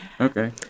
okay